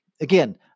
again